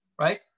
right